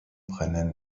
brennen